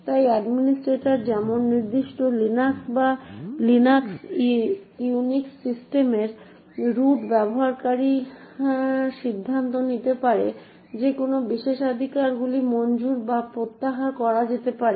তাই অ্যাডমিনিস্ট্রেটর যেমন নির্দিষ্ট লিনাক্স বা ইউনিক্স সিস্টেমের রুট ব্যবহারকারী সিদ্ধান্ত নিতে পারে যে কোন বিশেষাধিকারগুলি মঞ্জুর বা প্রত্যাহার করা যেতে পারে